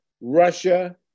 Russia